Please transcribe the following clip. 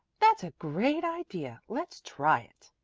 that's a great idea. let's try it.